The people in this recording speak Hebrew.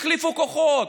החליפו כוחות,